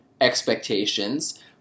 expectations